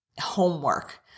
homework